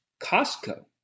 Costco